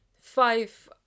five